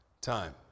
time